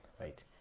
right